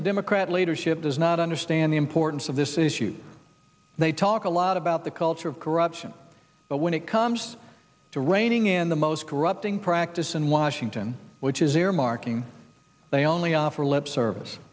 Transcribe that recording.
the democrat leadership does not understand the importance of this issue they talk a lot about the culture of corruption but when it comes to reining in the most corrupting practice in washington which is earmarking they only offer lip service